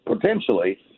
potentially